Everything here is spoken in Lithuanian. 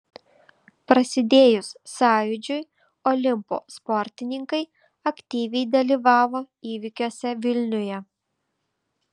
prasidėjus sąjūdžiui olimpo sportininkai aktyviai dalyvavo įvykiuose vilniuje